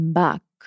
back